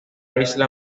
isla